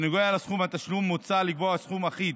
בנוגע לסכום התשלום, מוצע לקבוע סכום אחיד